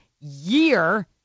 year